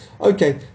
Okay